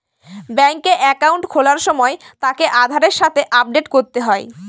ব্যাঙ্কে একাউন্ট খোলার সময় তাকে আধারের সাথে আপডেট করতে হয়